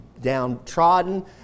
downtrodden